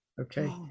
Okay